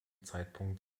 zeitpunkt